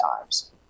times